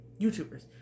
YouTubers